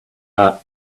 art